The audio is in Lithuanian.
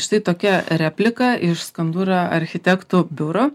štai tokia replika iš skandura architektų biuro